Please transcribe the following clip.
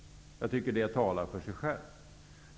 Jag tycker att det talar för sig självt.